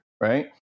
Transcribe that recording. Right